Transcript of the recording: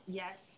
yes